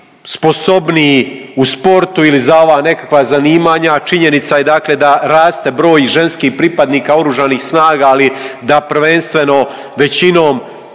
u sportu ili za ova nekakva zanimanja, činjenica je dakle da raste broj pripadnika oružanih snaga, ali da prvenstveno većinom